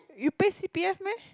you pay c_p_f meh